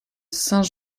saint